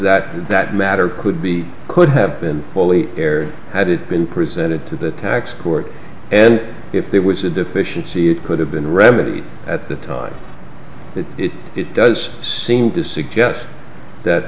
that that matter could be could have been fully here had it been presented to the tax court and if there was a deficiency it could have been remedied at the time that it it does seem to suggest that